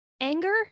anger